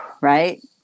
Right